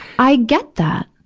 i get that.